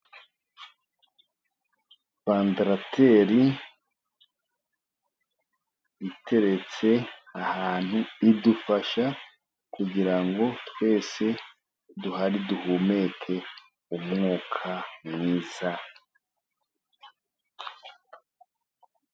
Vandarateri iteretse ahantu idufasha kugira ngo ngo twese duhari duhumeke umwuka mwiza.